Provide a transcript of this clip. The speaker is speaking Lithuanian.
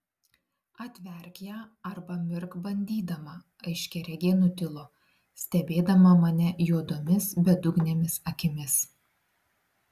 atverk ją arba mirk bandydama aiškiaregė nutilo stebėdama mane juodomis bedugnėmis akimis